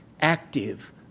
active